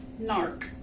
Narc